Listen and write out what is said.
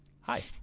Hi